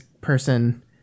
person